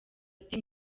ati